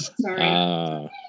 Sorry